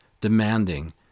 demanding